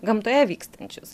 gamtoje vykstančius